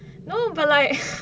no but like